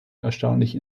erstaunlich